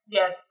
Yes